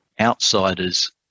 outsiders